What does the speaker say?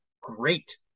great